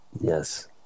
Yes